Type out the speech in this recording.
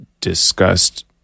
discussed